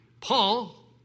Paul